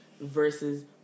versus